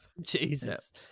Jesus